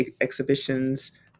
exhibitions